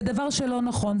זה דבר לא נכון.